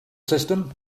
system